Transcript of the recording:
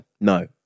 no